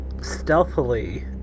stealthily